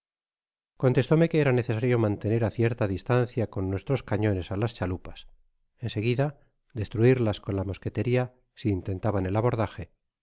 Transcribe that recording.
contestóme que era necesario mantener á cierta distancia con nuestros cañones á las chalupas en seguida destruirlas con la mosqueteria si intentaban el abordaje en